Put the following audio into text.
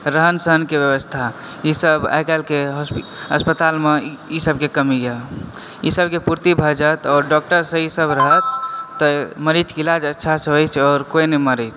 रहन सहनके व्यवस्था ई सब आइ काल्हिके हॉस्पिटल अस्पतालमे ई सबके कमी यऽ ई सब के पूर्ति भय जाय आओर डॉक्टर सब सही सऽ रहथि तऽ मरीज के इलाज अच्छा सऽ होइ छै आओर कोइ नहि मरै छै